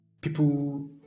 people